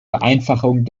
vereinfachung